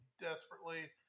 desperately